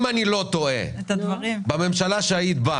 אם אני לא טועה בין הממשלה שהיית בה